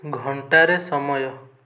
ଘଣ୍ଟାରେ ସମୟ